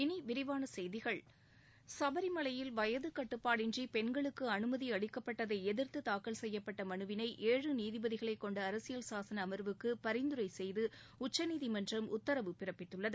இனி விரிவான செய்திகள் சபரிமலையில் வயது கட்டுப்பாடின்றி பெண்களுக்கு அனுமதி அளிக்கப்பட்டதை எதிர்த்து தாக்கல் செய்யப்பட்ட மனுவினை ஏழு நீதிபதிகளைக் கொண்ட அரசியல் சாசன அம்வுக்கு பரிந்துரை செய்து உச்சநீதிமன்றம் உத்தூவு பிறப்பித்துள்ளது